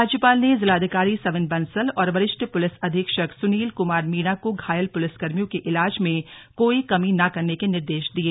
राज्यपाल ने जिलाधिकार सविन बसंल और वरिष्ठ पुलिस अधीक्षक सुनील कुमार मीणा को घायल पुलिसकर्मियों के इलाज में कोई कमी न करने के निर्देश दिये